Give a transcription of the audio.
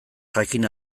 jakin